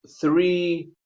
three